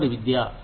తదుపరి విద్య